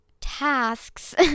tasks